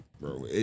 bro